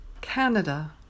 Canada